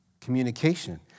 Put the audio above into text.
communication